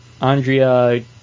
Andrea